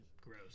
gross